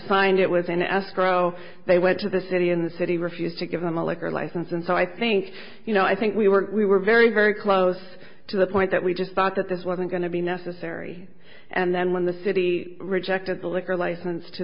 find it was an escrow they went to the city in the city refused to give them a liquor license and so i think you know i think we were we were very very close to the point that we just thought that this wasn't going to be necessary and then when the city rejected the liquor license to